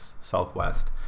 southwest